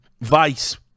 Vice